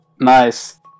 Nice